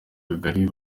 kagari